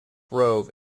rove